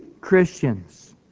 Christians